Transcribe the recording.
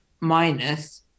minus